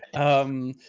um,